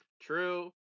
True